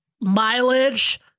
mileage